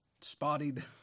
spotted